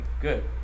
good